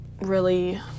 really-